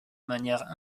manière